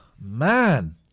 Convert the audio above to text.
man